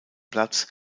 platz